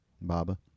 Baba